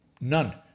None